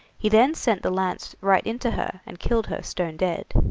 he then sent the lance right into her and killed her stone dead.